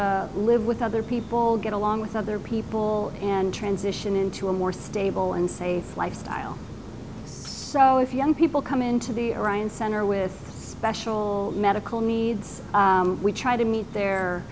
to live with other people get along with other people and transition into a more stable and safe lifestyle so if young people come into the arayan center with special medical needs we try to meet their